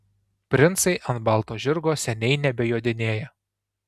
princai ant balto žirgo seniai nebejodinėja